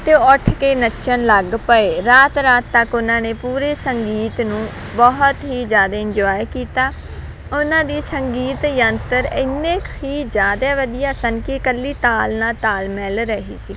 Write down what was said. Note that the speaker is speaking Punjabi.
ਅਤੇ ਉੱਠ ਕੇ ਨੱਚਣ ਲੱਗ ਪਏ ਰਾਤ ਰਾਤ ਤੱਕ ਉਹਨਾਂ ਨੇ ਪੂਰੇ ਸੰਗੀਤ ਨੂੰ ਬਹੁਤ ਹੀ ਜ਼ਿਆਦੇ ਇੰਜੋਏ ਕੀਤਾ ਉਹਨਾਂ ਦੀ ਸੰਗੀਤ ਯੰਤਰ ਇੰਨੇ ਕੁ ਹੀ ਜ਼ਿਆਦਾ ਵਧੀਆ ਸਨ ਕਿ ਇਕੱਲੀ ਤਾਲ ਨਾਲ ਤਾਲ ਮਿਲ ਰਹੀ ਸੀ